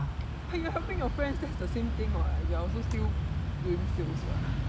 but you are helping your friends that's the same thing [what] or you also still doing sales [what]